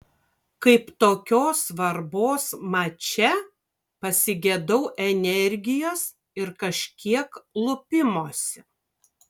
kaip tokios svarbos mače pasigedau energijos ir kažkiek lupimosi